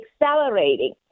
accelerating